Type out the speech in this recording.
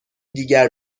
دیگر